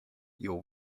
your